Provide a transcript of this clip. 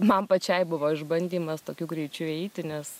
man pačiai buvo išbandymas tokiu greičiu eiti nes